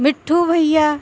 مٹھو بھیا